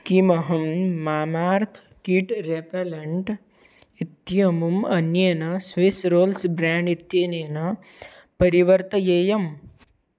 किमहं Mamaearth kit repellent इत्यमुम् अन्येन स्विस् रोल्स् ब्राण्ड् इत्यनेन परिवर्तयेयम्